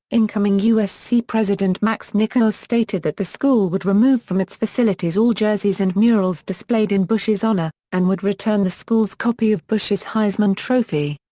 incoming usc president max nikias stated that the school would remove from its facilities all jerseys and murals displayed in bush's honor, and would return the school's copy of bush's heisman trophy.